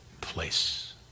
place